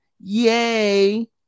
Yay